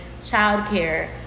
childcare